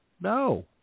no